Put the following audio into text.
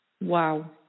Wow